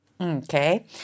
Okay